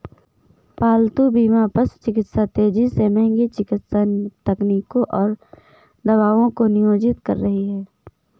पालतू बीमा पशु चिकित्सा तेजी से महंगी चिकित्सा तकनीकों और दवाओं को नियोजित कर रही है